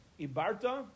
Ibarta